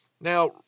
Now